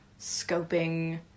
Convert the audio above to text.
scoping